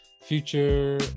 Future